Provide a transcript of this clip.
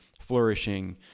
flourishing